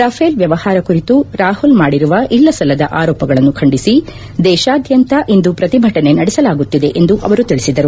Rafale ವ್ಯವಹಾರ ಕುರಿತು ರಾಹುಲ್ ಮಾಡಿರುವ ಇಲ್ಲಸಲ್ಲದ ಆರೋಪಗಳನ್ನು ಖಂಡಿಸಿ ದೇಶಾದ್ಯಂತ ಇಂದು ಪ್ರತಿಭಟನೆ ನಡೆಸಲಾಗುತ್ತಿದೆ ಎಂದು ಅವರು ತಿಳಿಸಿದರು